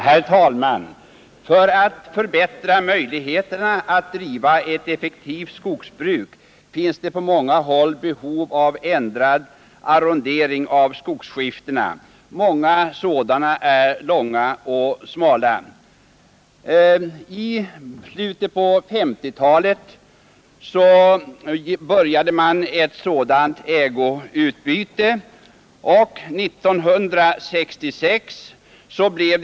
Herr talman! För att förbättra möjligheterna att driva ett effektivt skogsbruk finns det på många håll behov av ändrad arrondering av skogsskiftena. Långa och smala skogsskiften samt stor spridning av skiftena försvårar ett rationellt skogsbruk. Ägoutbyten av skogsskiften för att förbättra arronderingen betraktas av många skogsägare som något mycket positivt. Andra däremot ställer sig mera avvaktande. Om man skall kunna få till stånd en allmän positiv inställning till de värdefulla ägoutbytena är det nödvändigt att samhället för sin del medverkar till att de kan ske på ett så snabbt och smidigt sätt som möjligt.